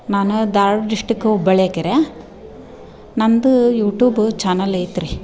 ನಾನು ಧಾರ್ವಾಡ ಡಿಸ್ಟಿಕ್ಕು ಹುಬ್ಬಳ್ಳಿ ಕೆರೆ ನನ್ನದು ಯುಟೂಬು ಚಾನೆಲ್ ಐತ್ರೀ